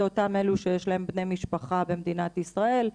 זה אותם אלה שיש להם בני משפחה במדינת ישראל,